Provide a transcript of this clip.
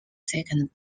second